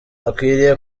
akwiriye